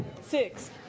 Six